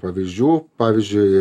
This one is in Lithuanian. pavyzdžių pavyzdžiui